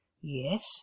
Yes